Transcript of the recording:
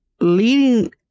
leading